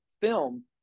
film